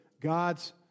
God's